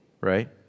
Right